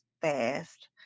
fast